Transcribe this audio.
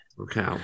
Okay